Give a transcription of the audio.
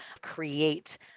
create